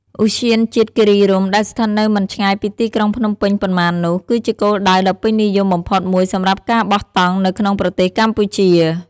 ឧទ្យានជាតិគិរីរម្យ ដែលស្ថិតនៅមិនឆ្ងាយពីទីក្រុងភ្នំពេញប៉ុន្មាននោះ គឺជាគោលដៅដ៏ពេញនិយមបំផុតមួយសម្រាប់ការបោះតង់នៅក្នុងប្រទេសកម្ពុជា។